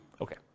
Okay